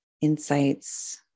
insights